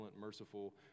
merciful